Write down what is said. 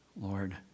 Lord